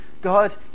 God